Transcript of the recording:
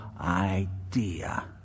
idea